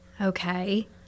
Okay